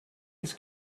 his